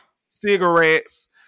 cigarettes